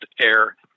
air